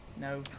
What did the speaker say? No